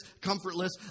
comfortless